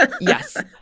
Yes